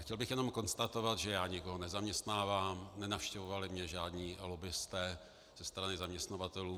Chtěl bych jenom konstatovat, že já nikoho nezaměstnávám, nenavštěvovali mě žádní lobbisté ze strany zaměstnavatelů.